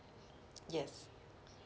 yes